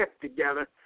together